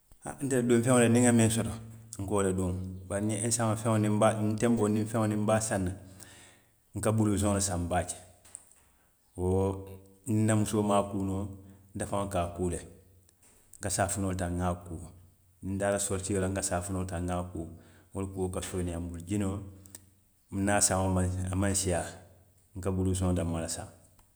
Haŋ, nte de dunfeŋo niŋ n ŋa miŋ soto, n ka wo le duŋ bari ñiŋ ensaŋo feŋo niŋ n be ñiŋ tenboo feŋo niŋ n be a saŋ na, n ka buluusoŋo le saŋ baake, wo niŋ n na musoo maŋ a kuu noo, nte faŋo ka a kuu le, n ka safunoo taa n ŋa a kuu, niŋ n taata soritio la, n ka safunoo taa n ŋa a kuu, wo le kuo ka sooneeyaa n bulu, jinoo n niŋ a saŋo maŋ a maŋ siyaa, n ka buluusoŋo danamaŋ ne saŋ